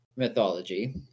Mythology